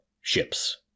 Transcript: ships